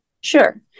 Sure